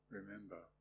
remember